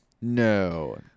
No